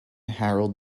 harold